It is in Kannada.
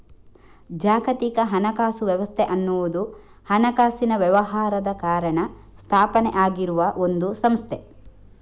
ಜಾಗತಿಕ ಹಣಕಾಸು ವ್ಯವಸ್ಥೆ ಅನ್ನುವುದು ಹಣಕಾಸಿನ ವ್ಯವಹಾರದ ಕಾರಣ ಸ್ಥಾಪನೆ ಆಗಿರುವ ಒಂದು ಸಂಸ್ಥೆ